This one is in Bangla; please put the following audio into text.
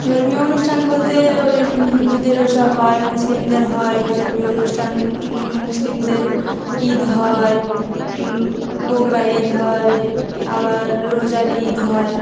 ধর্মীয় অনুষ্ঠান বলতে ওই হিন্দুদের ওসব হয় মুসলিমদের হয় ধর্মীয় অনুষ্ঠান মুসলিমদের ঈদ হয় বকরি ঈদ হয় আবার রোজার ঈদ হয়